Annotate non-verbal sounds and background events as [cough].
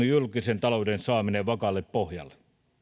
[unintelligible] julkisen talouden saaminen vakaalle pohjalle